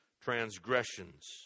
transgressions